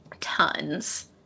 tons